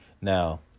Now